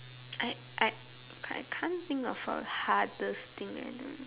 I I I can't think of a hardest thing at the